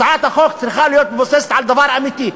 הצעת החוק צריכה להיות מבוססת על דבר אמיתי.